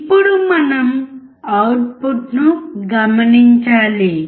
ఇప్పుడు మనం అవుట్పుట్ను గమనించాలి